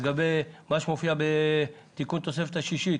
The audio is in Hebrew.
לגבי מה שמופיע בתיקון התוספת השישית,